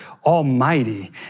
Almighty